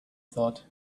thought